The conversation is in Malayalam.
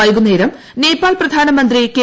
വൈകുന്നേരം നേപ്പാൾ പ്രധാനമന്ത്രി കെ